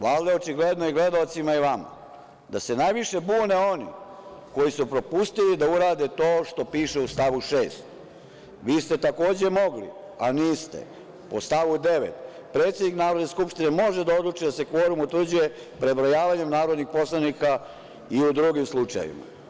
Valjda je očigledno i gledaocima i vama, da se najviše bune oni koji su pustili da urade to što piše u stavu 6. Vi ste, takođe, mogli, a niste po stavu 9. predsednik Narodne skupštine može da odluči da se kvorum utvrđuje prebrojavanjem narodnih poslanika i u drugim slučajevima.